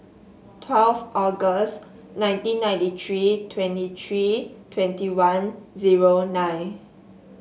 twelve August nineteen ninety three twenty three twenty one zero nine